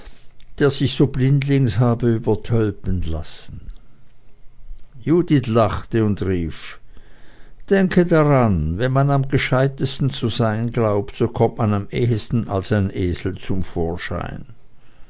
der sich so blindlings habe übertölpeln lassen judith lachte und rief denke daran wenn man am gescheitesten zu sein glaubt so kommt man am ehesten als ein esel zum vorschein